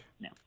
No